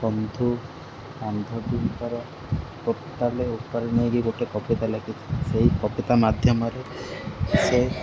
ବନ୍ଧୁ ବାନ୍ଧବୀଙ୍କର ଟୋଟାଲ ଉପରେ ନେଇକି ଗୋଟିଏ କବିତା ଲେଖିଛି ସେଇ କବିତା ମାଧ୍ୟମରେ ସେ